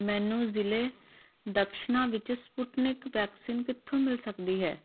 ਮੈਨੂੰ ਜ਼ਿਲ੍ਹੇ ਦਕਸ਼ਿਨਾ ਵਿੱਚ ਸਪੁਟਨਿਕ ਵੈਕਸੀਨ ਕਿੱਥੋਂ ਮਿਲ ਸਕਦੀ ਹੈ